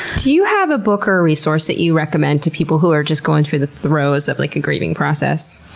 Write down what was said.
do you have a book or resource that you recommend to people who are just going through the throes of like a grieving process?